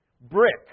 Brick